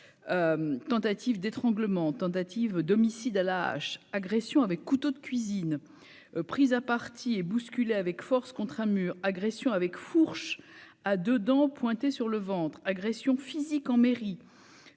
tentative d'étranglement d'homicide a lâches agressions avec couteau de cuisine, pris à partie et bousculé avec force contre un mur, agression avec fourche à 2 dents pointé sur le ventre, agressions physiques en mairie,